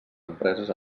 empreses